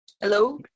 Hello